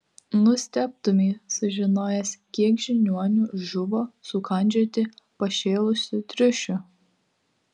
nustebtumei sužinojęs kiek žiniuonių žuvo sukandžioti pašėlusių triušių